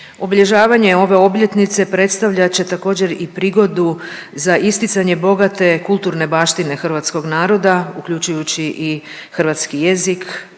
Obilježavanje ove obljetnice predstavljat će također i prigodu za isticanje bogate kulturne baštine hrvatskog naroda uključujući i hrvatski jezik,